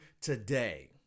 today